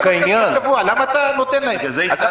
למה אתה נותן להם את זה?